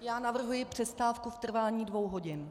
Já navrhuji přestávku v trvání dvou hodin.